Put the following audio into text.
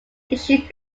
issue